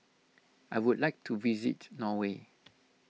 I would like to visit Norway